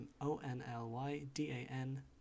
O-N-L-Y-D-A-N